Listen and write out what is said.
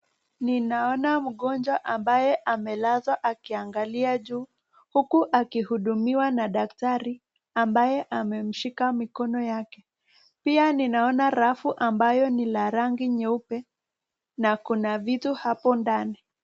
Ninaona mgonjwa ambaye amelazwa akiangalia juu huku akihudumiwa na daktari ambaye amemshika mikono yake. Pia ninaona rafu ambayo ni la rangi nyeupe na kuna vitu hapo ndani.